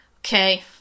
Okay